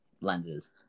lenses